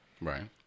Right